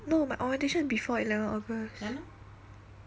no my orientation is before eleven august